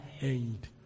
end